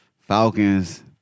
Falcons